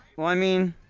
well, i mean.